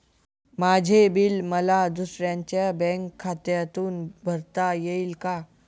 माझे बिल मला दुसऱ्यांच्या बँक खात्यातून भरता येईल का?